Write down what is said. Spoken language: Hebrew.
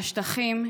מהשטחים,